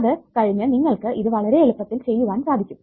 അത് കഴിഞ്ഞു നിങ്ങൾക്ക് ഇത് വളരെ എളുപ്പത്തിൽ ചെയ്യുവാൻ സാധിക്കും